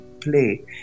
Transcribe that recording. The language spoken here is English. play